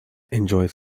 enjoys